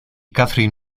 kathryn